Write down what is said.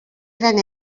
gran